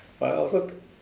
but I also